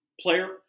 player